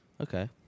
Okay